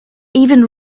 even